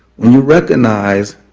when you recognize